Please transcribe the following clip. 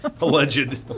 Alleged